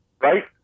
right